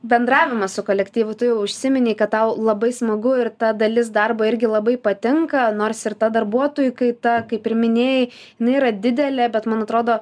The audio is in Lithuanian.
bendravimas su kolektyvu tu jau užsiminei kad tau labai smagu ir ta dalis darbo irgi labai patinka nors ir ta darbuotojų kaita kaip ir minėjai jinai yra didelė bet man atrodo